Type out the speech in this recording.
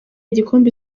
igikombe